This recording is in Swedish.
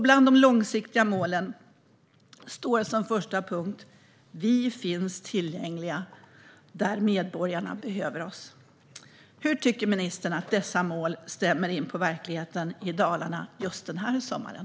Bland de långsiktiga målen står som första punkt: "Vi finns tillgängliga där medborgarna behöver oss." Hur tycker ministern att dessa mål stämmer in på verkligheten i Dalarna just den här sommaren?